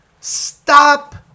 Stop